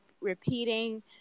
repeating